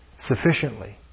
sufficiently